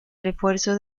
refuerzo